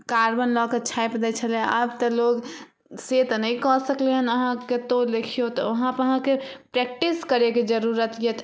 carbon लऽ कऽ छापि दै छलै आब तऽ लोग से तऽ नहि कऽ सकलय हन अहाँके तो देखियौ तऽ वहांँपर अहाँकेँ प्रेक्टिस करऽके जरुरत यऽ तऽ